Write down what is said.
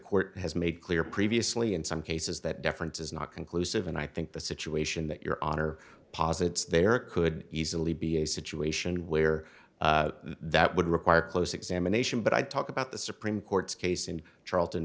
court has made clear previously in some cases that deference is not conclusive and i think the situation that your honor posits there could easily be a situation where that would require close examination but i talk about the supreme court's case in charlton